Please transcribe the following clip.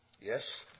Yes